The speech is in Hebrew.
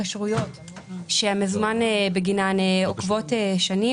התקשרויות שהמזומן בגינן עוקב שנים.